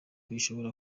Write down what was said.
ishobora